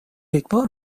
یکبار